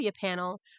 panel